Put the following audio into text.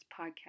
podcast